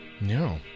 No